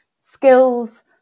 skills